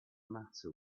matter